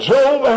Job